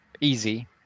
easy